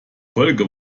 folge